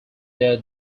their